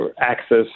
access